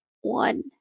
one